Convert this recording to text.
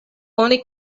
oni